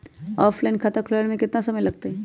Offline खाता खुलबाबे में केतना समय लगतई?